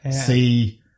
see